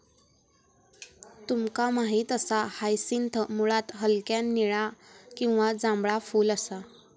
तुमका माहित असा हायसिंथ मुळात हलक्या निळा किंवा जांभळा फुल असा